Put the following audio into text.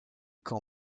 camp